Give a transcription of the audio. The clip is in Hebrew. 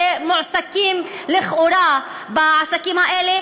שמועסקים לכאורה בעסקים האלה,